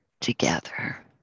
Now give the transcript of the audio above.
together